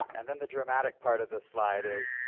and then the dramatic part of this slide is,